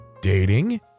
Dating